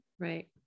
Right